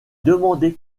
demander